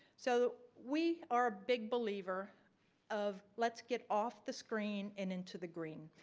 so we are big believer of let's get off the screen and into the green.